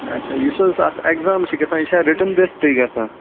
اچھا یُس حظ اَتھ ایٚکزام چھِ گژھان یہِ چھا رِٹٕن بیٚسڈٕے گژھان